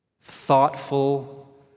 thoughtful